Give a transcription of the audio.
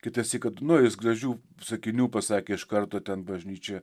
kitąsyk kad nu jis gražių sakinių pasakė iš karto ten bažnyčioje